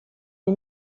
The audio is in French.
les